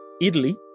Italy